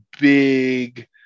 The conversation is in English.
big